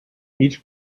each